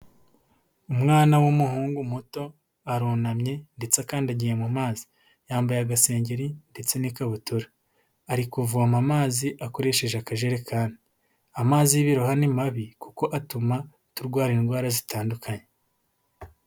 Umwana w'umuhungu muto, arunamye ndetse akandagiye mu mazi, yambaye agasengeri ndetse n'ikabutura, ari kuvoma amazi akoresheje akajerekani, amazi y'ibiroha ni mabi kuko atuma turwara indwara zitandukanye.